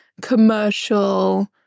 commercial